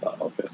Okay